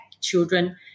children